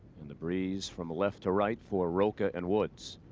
and the breeze from left to right for rocca and woods.